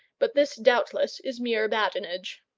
but this doubtless is mere badinage.